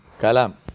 kalam